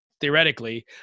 theoretically